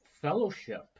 fellowship